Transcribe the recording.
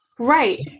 Right